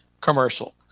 commercial